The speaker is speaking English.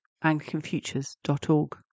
anglicanfutures.org